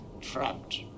trapped